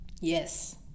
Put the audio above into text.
Yes